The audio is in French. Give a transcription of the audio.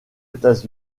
états